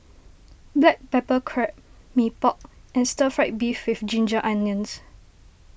Black Pepper Crab Mee Pok and Stir Fried Beef with Ginger Onions